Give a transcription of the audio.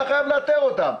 אתה חייב לאתר אותם.